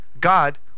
God